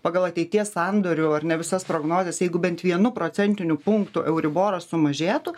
pagal ateities sandorių ar ne visas prognozes jeigu bent vienu procentiniu punktu euriboras sumažėtų